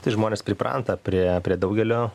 tai žmonės pripranta prie prie daugelio